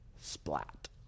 splat